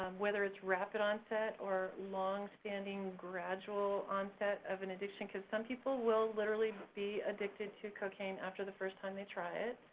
um whether it's rapid onset or long-standing gradual onset of an addiction, because some people will literally be addicted to cocaine after the first time they try it,